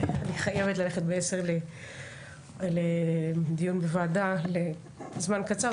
אני חייבת ללכת בעשר לדיון בוועדה לזמן קצר,